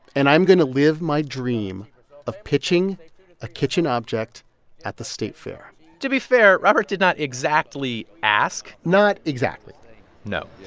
and i'm going to live my dream of pitching a kitchen object at the state fair to be fair, robert did not exactly ask not exactly no.